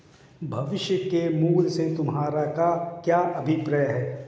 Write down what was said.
भविष्य के मूल्य से तुम्हारा क्या अभिप्राय है?